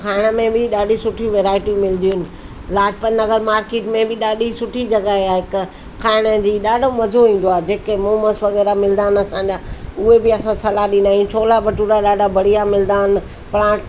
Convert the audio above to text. खाइण में बि ॾाढी सुठी वेराइटियूं मिलंदियूं आहिनि लाजपत नगर में बि ॾाढी सुठी जॻहि आहे हिकु खाइण जी ॾाढो मज़ो ईंदो आहे जेके मोमस वग़ैरह मिलंदा आहिनि असांजा उहे बि असां सलाह ॾींदा आहियूं छोला भटूरा ॾाढा बढ़िया मिलंदा आहिनि परां